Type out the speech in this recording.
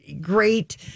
great